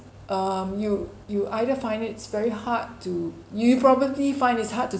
um you you either find it's very hard to you probably find it's hard to